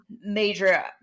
major